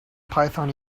python